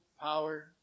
power